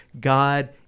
god